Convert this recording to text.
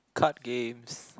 card games